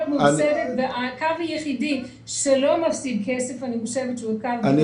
הקו היחידי שלא מפסיד כסף הוא קו --- אני